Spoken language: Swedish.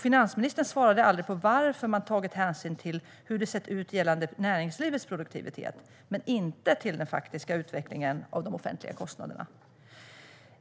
Finansministern svarade heller aldrig på varför man har tagit hänsyn till hur det sett ut gällande näringslivets produktivitet men inte till den faktiska utvecklingen av de offentliga kostnaderna.